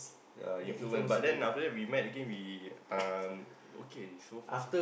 yea influence but then after that we met again okay so far